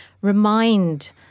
remind